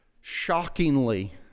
Shockingly